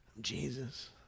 jesus